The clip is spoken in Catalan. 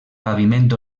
paviment